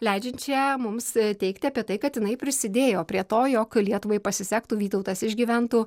leidžiančią mums teigti apie tai kad jinai prisidėjo prie to jog lietuvai pasisektų vytautas išgyventų